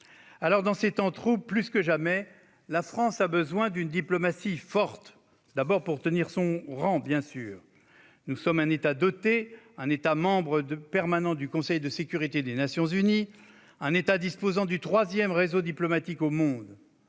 ? Dans ces temps troubles, plus que jamais, la France a besoin d'une diplomatie forte. Elle doit tout d'abord pouvoir tenir son rang. Nous sommes un État doté, membre permanent du Conseil de sécurité des Nations unies, disposant du troisième réseau diplomatique au monde.